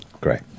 Great